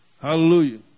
Hallelujah